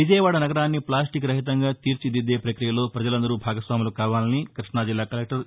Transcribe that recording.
విజయవాడ నగరాన్ని ఫ్లాస్టిక్ రహితంగా తీర్చిదిద్దే ప్రక్రియలో ప్రజలందరూ భాగస్వాములు కావాలని క్బష్మాజిల్లా కలెక్టర్ ఏ